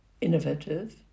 innovative